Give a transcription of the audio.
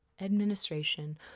administration